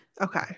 okay